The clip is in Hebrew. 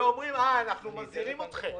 ואומרים: אנחנו מזהירים אתכם,